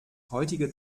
heutige